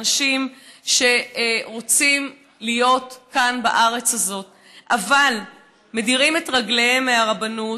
אנשים שרוצים להיות כאן בארץ הזאת אבל מדירים את רגליהם מהרבנות,